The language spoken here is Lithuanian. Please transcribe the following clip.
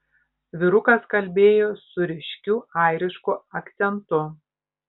vyrukas kalbėjo su ryškiu airišku akcentu